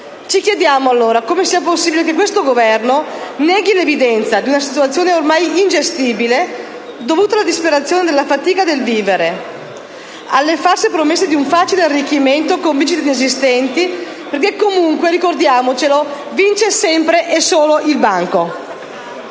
Ci chiediamo allora come sia possibile che questo Governo neghi l'evidenza di una situazione ormai ingestibile, dovuta alla disperazione e alla fatica del vivere e alle false promesse di un facile arricchimento con vincite inesistenti, perché comunque ‑ ricordiamocelo ‑ vince sempre e solo il banco.